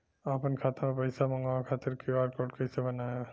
आपन खाता मे पईसा मँगवावे खातिर क्यू.आर कोड कईसे बनाएम?